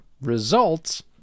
results